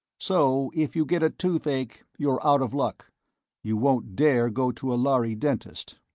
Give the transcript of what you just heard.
so if you get a toothache you're out of luck you won't dare go to a lhari dentist.